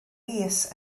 mis